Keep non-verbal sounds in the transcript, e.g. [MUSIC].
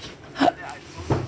[LAUGHS]